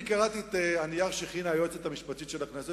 קראתי את הנייר שהכינה היועצת המשפטית של הכנסת,